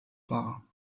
war